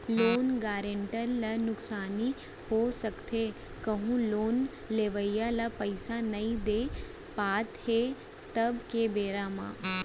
loan guarantor ल नुकसानी हो सकथे कहूँ लोन लेवइया ह पइसा नइ दे पात हे तब के बेरा म